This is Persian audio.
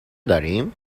داریم